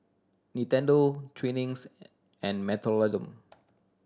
Nintendo Twinings and Mentholatum